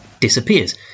disappears